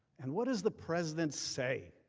and what does the president say?